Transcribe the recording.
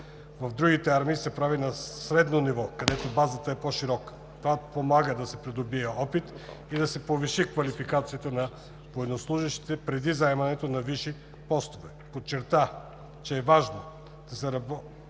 в други армии се прави на средното ниво, където базата е по-широка. Това помага да се придобие опит и повиши квалификацията на военнослужещите преди заемането на висши постове. Подчерта, че е важно да се разработи